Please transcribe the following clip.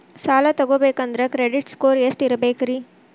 ಸಾಲ ತಗೋಬೇಕಂದ್ರ credit score ಎಷ್ಟ ಇರಬೇಕ್ರಿ?